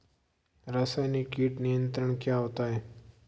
रसायनिक कीट नियंत्रण क्या होता है?